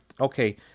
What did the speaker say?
Okay